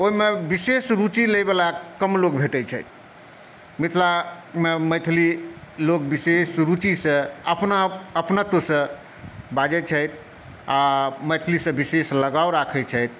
ओहिमे विशेष रुचि लैवला कम लोक भेटै छै मिथिलामे मैथिली लोक विशेष रुचिसॅं अपना अपनत्वसॅं बाजैत छथि आ मैथिलीसॅं विशेष लगाव राखै छथि